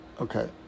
Okay